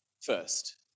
first